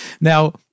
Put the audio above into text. Now